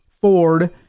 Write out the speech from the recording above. Ford